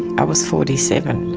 i was forty seven.